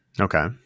Okay